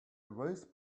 waste